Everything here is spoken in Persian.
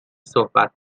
صحبت